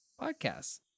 podcasts